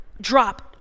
Drop